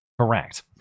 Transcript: Correct